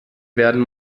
werden